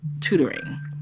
tutoring